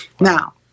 Now